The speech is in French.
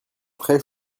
très